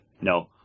No